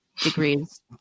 degrees